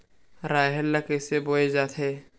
राहेर ल कइसे बोय जाथे?